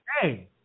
Hey